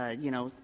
ah you know,